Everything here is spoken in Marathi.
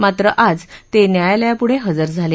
मात्र आज ते न्यायालयापुढे हजर झाले